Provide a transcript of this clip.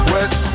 West